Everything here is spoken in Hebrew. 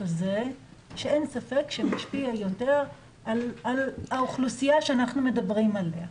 הזה שאין ספק שמשפיע על האוכלוסייה שאנחנו מדברים עליה.